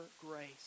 grace